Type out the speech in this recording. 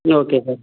ம் okay sir